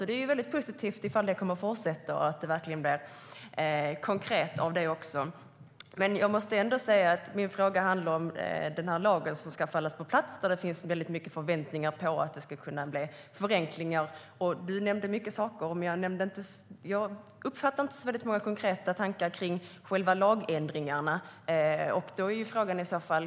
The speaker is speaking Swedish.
Det är väldigt positivt ifall det kommer att fortsätta och det blir något konkret av det. Min fråga handlar om den lag som ska komma på plats. Det finns väldigt mycket förväntningar på att det ska kunna bli förenklingar. Du nämnde många saker. Jag uppfattade inte så väldigt många konkreta tankar om själva lagändringarna.